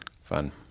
Fun